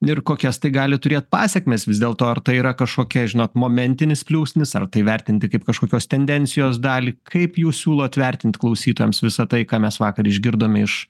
ir kokias tai gali turėt pasekmes vis dėlto ar tai yra kažkokia žinot momentinis pliūpsnis ar tai vertinti kaip kažkokios tendencijos dalį kaip jūs siūlot vertinti klausytojams visa tai ką mes vakar išgirdome iš